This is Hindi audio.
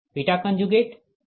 2ej240e j120